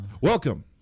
Welcome